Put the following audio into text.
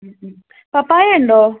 മ് മ് പപ്പായ ഉണ്ടോ